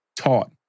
taught